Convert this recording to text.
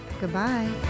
Goodbye